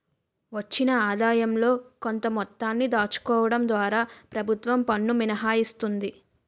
వచ్చిన ఆదాయంలో కొంత మొత్తాన్ని దాచుకోవడం ద్వారా ప్రభుత్వం పన్ను మినహాయిస్తుంది